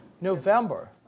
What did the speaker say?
November